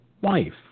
wife